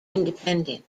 independent